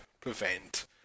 prevent